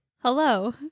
Hello